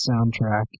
soundtrack